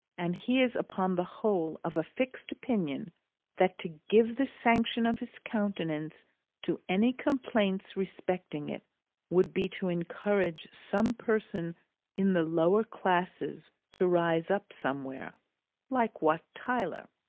and he is upon the whole of a fixed opinion that to give the sanction of his countenance to any complaints respecting it would be to encourage some person in the lower classes to rise up somewhere like wat tyler.